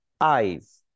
Eyes